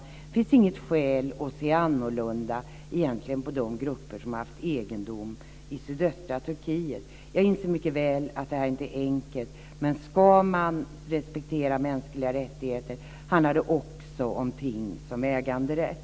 Det finns egentligen inget skäl att se annorlunda på de grupper som har haft egendom i sydöstra Turkiet. Jag inser mycket väl att detta inte är enkelt. Men om man ska respektera mänskliga rättigheter så handlar det också om ting som äganderätt.